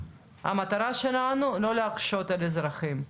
המטרה שלנו לא להקשות על האזרחים,